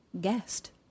guest